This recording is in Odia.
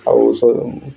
ଆଉ ସବୁ